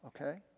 okay